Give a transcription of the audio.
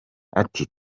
ati